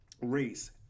race